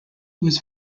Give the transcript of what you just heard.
was